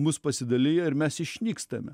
mus pasidalijo ir mes išnykstame